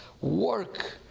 work